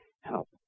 help